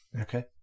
Okay